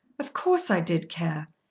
of course i did care.